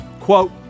quote